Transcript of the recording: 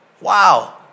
Wow